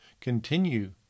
Continue